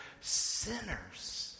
sinners